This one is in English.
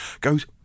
goes